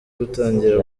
gutangira